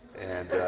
and